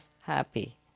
happy